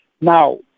Now